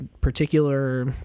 particular